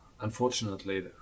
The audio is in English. Unfortunately